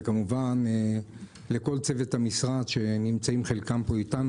וכמובן לכל צוות המשרד שנמצא חלקו אתנו,